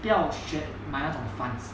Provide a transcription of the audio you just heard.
不要学买那种 funds